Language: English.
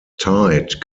tide